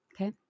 Okay